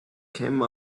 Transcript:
came